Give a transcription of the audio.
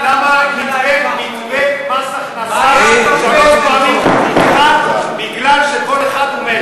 למה מתווה מס הכנסה שלוש פעמים נדחה בגלל שכל אחד הוא מלך?